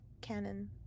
canon